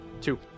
Two